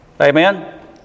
Amen